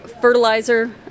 fertilizer